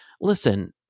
listen